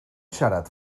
siarad